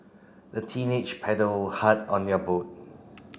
the teenage paddled hard on their boat